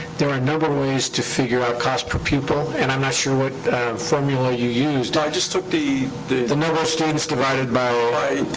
there are a number of ways to figure out cost per pupil, and i'm not sure what formula you used. i just took the. the the number of students divided by. our